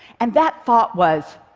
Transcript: and that thought was,